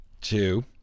two